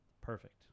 perfect